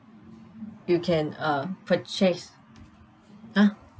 you can uh purchase !huh!